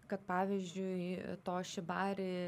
kad pavyzdžiui to šibari